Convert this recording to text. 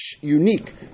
unique